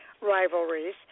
rivalries